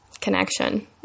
connection